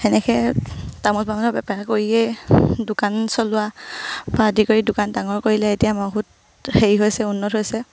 সেনেকে তামোল বেপাৰ কৰিয়ে দোকান চলোৱা পা আদি কৰি দোকান ডাঙৰ কৰিলে এতিয়া বহুত উন্নত হৈছে